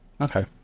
okay